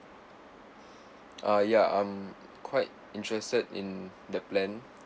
ah ya um quite interested in the plan